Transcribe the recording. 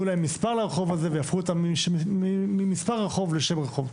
מספר לרחוב הזה ויהפכו ממספר רחוב לשם רחוב.